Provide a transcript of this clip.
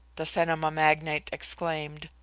the cinema magnate exclaimed.